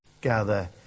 gather